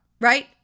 right